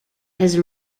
his